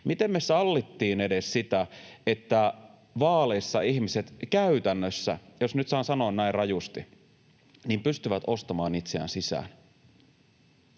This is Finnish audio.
miten me sallittiin edes sitä, että vaaleissa ihmiset käytännössä — jos nyt saan sanoa näin rajusti — pystyvät ostamaan itseään sisään.